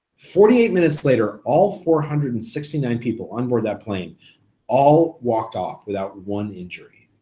forty eight minutes later, all four hundred and sixty nine people onboard that plane all walked off without one injury.